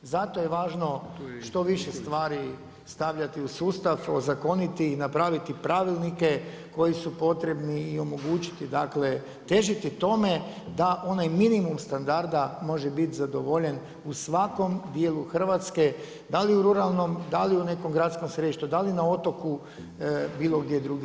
Zato je važno što više stvari stavljati u sustav, ozakoniti ih i napraviti pravilnike koji su potrebni i omogućiti dakle težiti tome da onaj minimum standarda može biti zadovoljen u svakom dijelu Hrvatske, da li u ruralnom, da li u nekom gradskom središtu, da li na otoku bilo gdje drugdje.